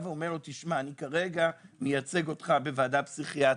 כרגע מייצג אותך בוועדה פסיכיאטרית,